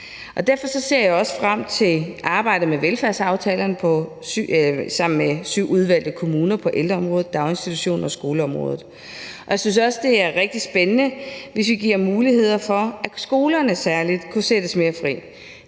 Derfor ser jeg også frem til arbejdet med velfærdsaftalerne sammen med syv udvalgte kommuner på ældreområdet, daginstitutions- og skoleområdet, og jeg synes også, det er rigtig spændende, hvis vi giver muligheder for, at særlig skolerne kunne sættes mere fri